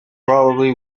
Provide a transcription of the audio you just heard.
probably